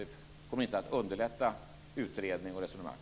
Det kommer inte att underlätta utredning och resonemang.